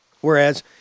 whereas